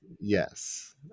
Yes